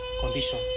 condition